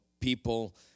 people